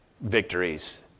victories